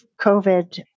COVID